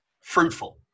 fruitful